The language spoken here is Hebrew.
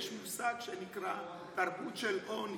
יש מושג שנקרא תרבות של עוני,